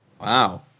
Wow